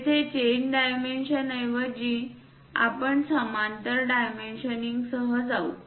येथे chain dimension ऐवजी आपण समांतर डायमेन्शनिंगसह जाऊ